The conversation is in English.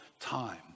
time